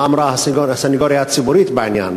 מה אמרה הסנגוריה הציבורית בעניין,